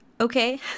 okay